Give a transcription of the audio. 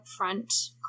upfront